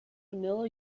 vanilla